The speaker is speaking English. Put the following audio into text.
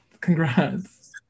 congrats